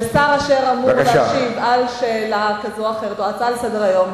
ושר אשר אמור להשיב על שאלה כזו או אחרת או על הצעה לסדר-היום,